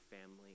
family